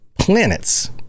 planets